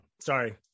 Sorry